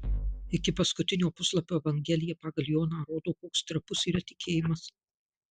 iki paskutinio puslapio evangelija pagal joną rodo koks trapus yra tikėjimas